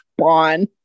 Spawn